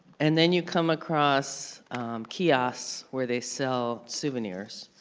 and then you come across kiosks where they sell souvenirs,